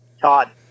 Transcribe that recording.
Todd